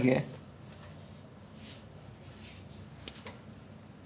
err bojack horseman what else ya there's bojack horseman